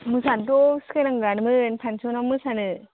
मोसानोथ' सिखायना लानांगोन फानसनाव मोसानो